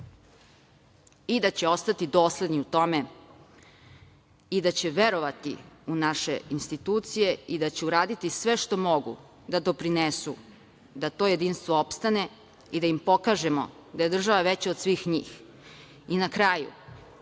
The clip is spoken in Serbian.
i da će ostati dosledni tome i da će verovati u naše institucije i da će uraditi sve što mogu da doprinesu da to jedinstvo opstane i da im pokažemo da je država veća od svih njih. Na kraju,